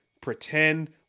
pretend